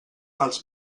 els